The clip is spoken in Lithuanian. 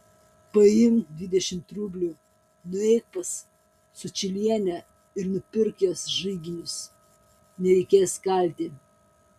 paimk dvidešimt rublių nueik pas sučylienę ir nupirk jos žaiginius nereikės kalti